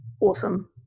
awesome